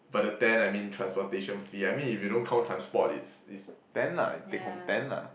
but the ten I mean transportation fee I mean if you don't count transport is is ten lah take home ten lah